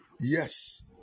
yes